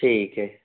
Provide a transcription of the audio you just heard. ठीक है